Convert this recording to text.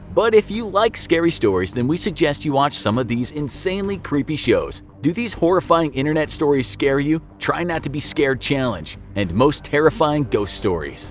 but if you like scary stories, then we suggest you watch some of these insanely creepy shows, do these horrifying internet stories scare you try not to be scared challenge and most terrifying ghost stories.